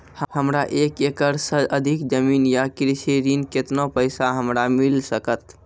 हमरा एक एकरऽ सऽ अधिक जमीन या कृषि ऋण केतना पैसा हमरा मिल सकत?